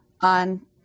on